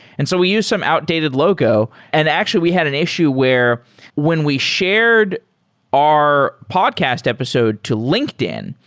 and so we used some outdated logo, and actually we had an issue where when we shared our podcast episode to linkedin,